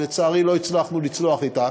ולצערי לא הצלחתי לצלוח אתה,